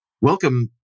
Welcome